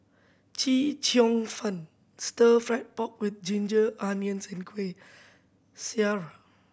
Chee Cheong fen Stir Fried Pork With Ginger Onions and Kuih Syara